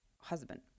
husband